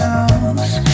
else